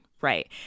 Right